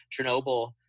Chernobyl